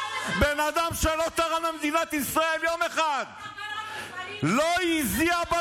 בן אדם שלא תרם למדינת ישראל יום אחד, לא הזיע,